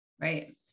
Right